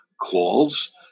calls